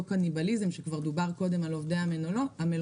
קניבליזם שכבר הוזכר קודם על עובדי המלונות,